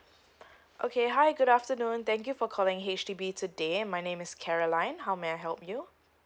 okay hi good afternoon thank you for calling H_D_B today my name is caroline how may I help you